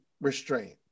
restraint